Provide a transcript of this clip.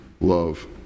love